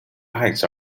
acts